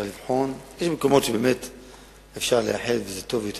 צריך לבחון אם באמת יש מקומות שאפשר לאחד וזה טוב יותר